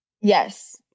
Yes